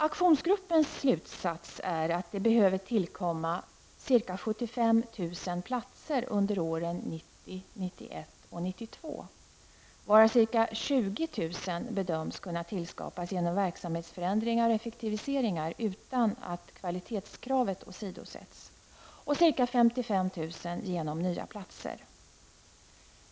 Aktionsgruppens slutsats är att det behöver tillkomma ca 75 000 platser under åren 1990, 1991 och 1992 varav ca 20 000 bedöms kunna tillskapas genom verksamhetsförändringar och effektiviseringar utan att kvalitetskravet åsidosätts och ca 55 000 genom nya platser.